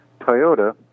Toyota